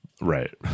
Right